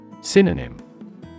Synonym